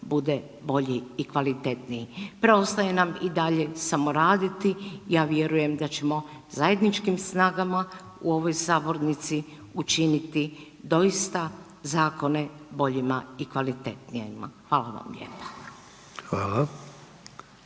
bude bolji i kvalitetniji. Preostaje nam i dalje samo raditi, ja vjerujem da ćemo zajedničkim snagama u ovoj sabornici učiniti doista zakone boljima i kvalitetnijima. Hvala vam lijepa.